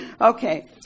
Okay